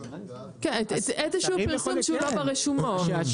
כן איזשהו פרסום שהוא לא ברשומות.